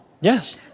Yes